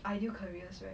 ideal careers right